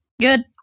Good